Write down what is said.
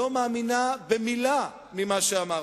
לא מאמינה במלה ממה שאמרת.